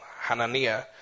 Hananiah